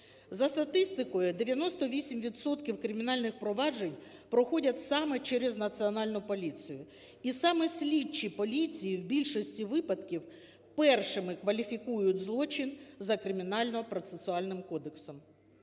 За статистикою 98 відсотків кримінальних проваджень проходять саме через Національну поліцію, і саме слідчі поліції у більшості випадків першими кваліфікують злочин за Кримінальним процесуальним кодексом,